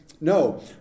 no